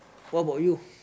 what about you